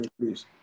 please